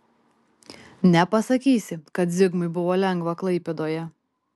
nepasakysi kad zigmui buvo lengva klaipėdoje